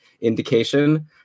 indication